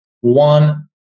one